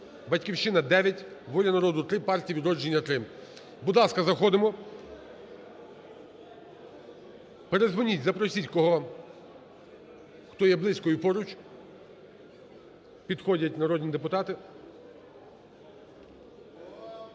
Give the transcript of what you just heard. "Батьківщина" – 9, "Воля народу" – 3, Партія "Відродження" – 3. Будь ласка, заходимо. Передзвоніть, запросить, хто є близько і поруч. Підходять народні депутати.